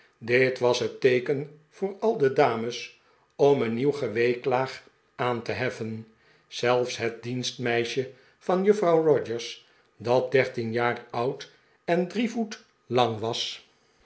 dit was het teeken voor al de dames om een nieuw geweeklaag aan te heffen zelfs het dienstmeisje van juffrouw rogers dat dertien jaar oud en drie voet lang was